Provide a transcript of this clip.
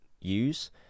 use